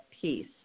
peace